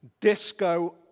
disco